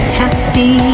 happy